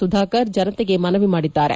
ಸುಧಾಕರ್ ಜನತೆಗೆ ಮನವಿ ಮಾಡಿದ್ದಾರೆ